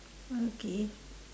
okay